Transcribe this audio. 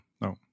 no